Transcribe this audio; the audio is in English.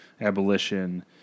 abolition